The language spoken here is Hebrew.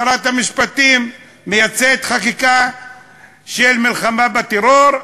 שרת המשפטים מייצאת חקיקה של מלחמה בטרור,